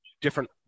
different